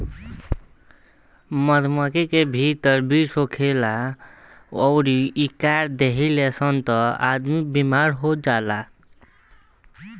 मधुमक्खी के भीतर विष होखेला अउरी इ काट देली सन त आदमी बेमार हो जाला